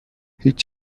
هیچ